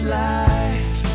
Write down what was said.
life